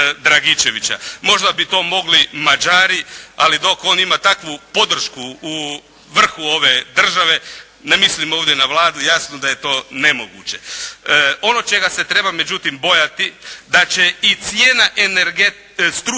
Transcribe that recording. Možda bi to mogli Mađari, ali dok on ima takvu podršku u vrhu ove države, ne mislim ovdje na Vladu, jasno da je to nemoguće. Ono čega se treba, međutim bojati da će i cijena struje